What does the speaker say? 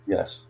Yes